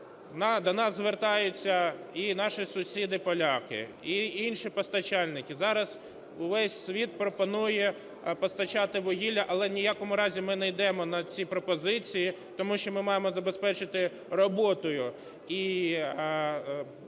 До нас звертаються і наші сусіди-поляки, і інші постачальники. Зараз увесь світ пропонує постачати вугілля, але ні в якому разі ми не йдемо на ці пропозиції, тому що ми маємо забезпечити роботою